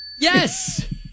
yes